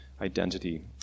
identity